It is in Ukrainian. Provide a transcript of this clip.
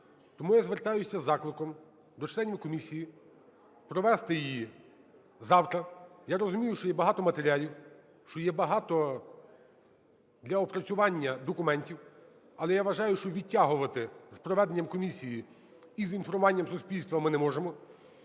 Тому я звертаюся з закликом до членів комісії провести її завтра. Я розумію, що є багато матеріалів, що є багато для опрацювання документів, але я вважаю, що відтягувати з проведенням комісії і з інформуванням суспільства ми не можемо.